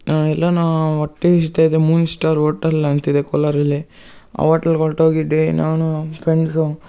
ಎಲ್ಲಾರೂ ಹೊಟ್ಟೆ ಇದೆ ಮೂನ್ ಸ್ಟಾರ್ ಓಟಲ್ ಅಂತಿದೆ ಕೋಲಾರಲ್ಲಿ ಆ ಓಟ್ಲಗೆ ಒಲ್ಟೋಗಿದ್ವಿ ನಾನೂ ನಮ್ಮ ಫ್ರೆಂಡ್ಸೂ